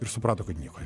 ir suprato kad nieko